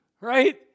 Right